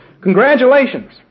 Congratulations